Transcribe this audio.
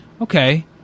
okay